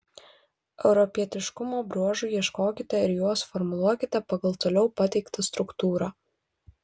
europietiškumo bruožų ieškokite ir juos formuluokite pagal toliau pateiktą struktūrą